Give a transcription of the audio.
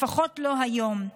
לפחות לא היום.